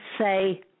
say